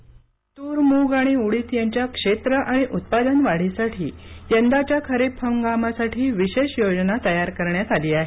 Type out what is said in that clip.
रिक्रप्ट तूर मूग आणि उडीद यांच्या क्षेत्र आणि उत्पादन वाढीसाठी यंदाच्या खरीप हंगामासाठी विशेष योजना तयार करण्यात आली आहे